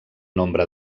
nombre